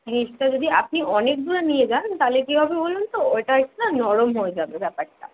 জিনিসটা যদি আপনি অনেক দূরে নিয়ে যান তাহলে কী হবে বলুন তো ওইটা একটু না নরম হয়ে যাবে ব্যাপারটা